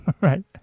right